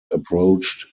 approached